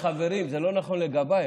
זה לא נכון לגביי,